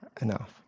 enough